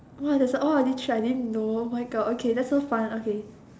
that's all oh this trip I didn't know oh my god oh that's so fun okay